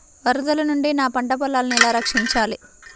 వరదల నుండి నా పంట పొలాలని ఎలా రక్షించాలి?